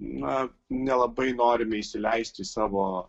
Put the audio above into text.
na nelabai norime įsileisti į savo